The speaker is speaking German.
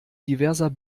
diverser